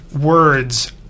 words